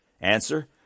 Answer